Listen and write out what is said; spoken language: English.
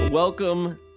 Welcome